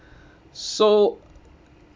so